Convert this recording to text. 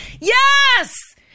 Yes